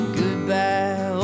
goodbye